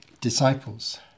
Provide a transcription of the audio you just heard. disciples